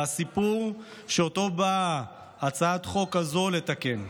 זה הסיפור שאותו באה הצעת החוק הזו לתקן.